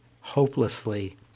hopelessly